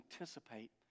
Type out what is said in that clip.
anticipate